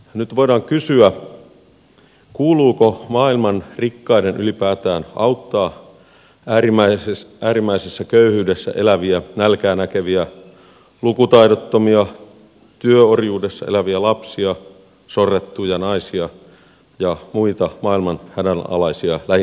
nyt voidaan kysyä kuuluuko maailman rikkaiden ylipäätään auttaa äärimmäisessä köyhyydessä eläviä nälkää näkeviä lukutaidottomia työorjuudessa eläviä lapsia sorrettuja naisia ja muita maailman hädänalaisia lähimmäisiä